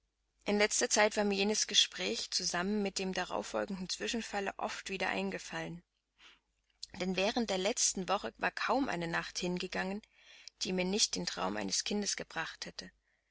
in letzter zeit war mir jenes gespräch zusammen mit dem darauffolgenden zwischenfalle oft wieder eingefallen denn während der letzten woche war kaum eine nacht hingegangen die mir nicht den traum eines kindes gebracht hätte